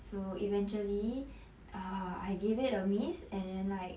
so eventually err I gave it a miss and then like